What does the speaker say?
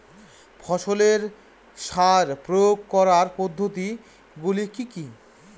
ফসলে সার প্রয়োগ করার পদ্ধতি গুলি কি কী?